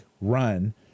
run